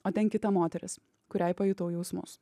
o ten kita moteris kuriai pajutau jausmus